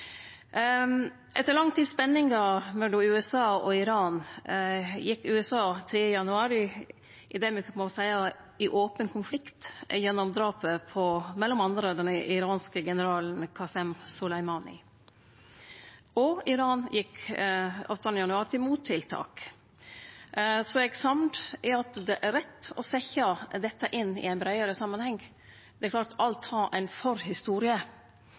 Etter lang tids spenning mellom USA og Iran gjekk USA 3. januar i det me må seie var ein open konflikt, gjennom drapet på m.a. den iranske generalen Qasem Soleimani. Og Iran gjekk 8. januar til mottiltak. Eg er samd i at det er rett å setje dette inn i ein breiare samanheng. Det er klart